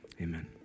Amen